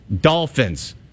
Dolphins